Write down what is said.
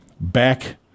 back